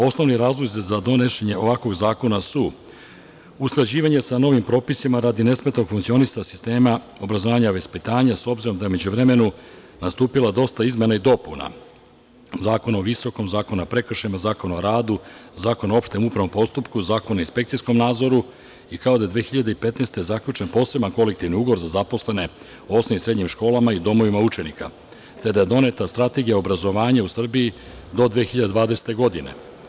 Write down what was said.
Osnovni razlozi za donošenje ovakvog zakona su usklađivanje sa novim propisima radi nesmetanog funkcionisanja sistema obrazovanja i vaspitanja s obzirom da je u međuvremenu nastupilo dosta izmena i dopuna Zakona o visokom, Zakona o prekršajnom, Zakona o radu, Zakona o opštem upravnom postupku, Zakona o inspekcijskom nadzoru kao i da je 2015. godine zaključen poseban kolektivni ugovor za zaposlenim i srednjim školama i domovima učenika, te da je doneta Strategija obrazovanja u Srbiji do 2020. godine.